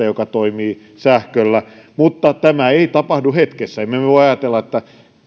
joka toimii sähköllä mutta tämä ei tapahdu hetkessä emme me voi ajatella että meidän